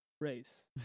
race